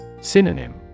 Synonym